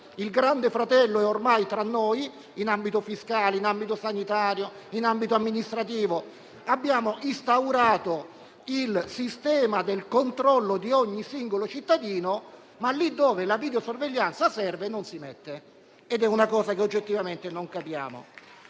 il "Grande fratello" è ormai tra noi in ambito fiscale, sanitario e amministrativo. Abbiamo instaurato un sistema di controllo di ogni singolo cittadino, ma lì dove la videosorveglianza servirebbe non si mette; è una cosa che oggettivamente non capiamo.